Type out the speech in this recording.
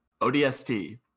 ODST